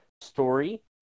story